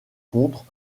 contre